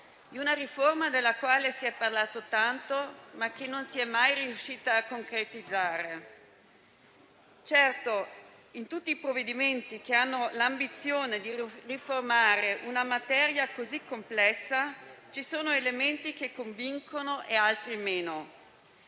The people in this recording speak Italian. civile, della quale si è parlato tanto, ma che non si è mai riusciti a concretizzare. Certo, in tutti i provvedimenti che hanno l'ambizione di riformare una materia così complessa ci sono elementi che convincono e altri meno.